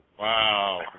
wow